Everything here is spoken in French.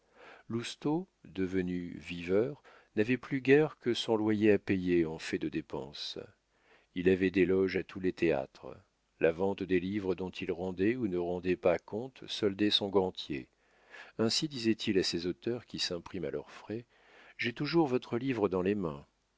n'avait plus guère que son loyer à payer en fait de dépenses il avait des loges à tous les théâtres la vente des livres dont il rendait ou ne rendait pas compte soldait son gantier aussi disait-il à ces auteurs qui s'impriment à leurs frais j'ai toujours votre livre dans les mains